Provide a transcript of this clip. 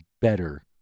better